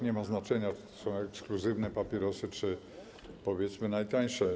Nie ma znaczenia, czy to są ekskluzywne papierosy, czy powiedzmy, te najtańsze.